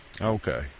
Okay